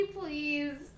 please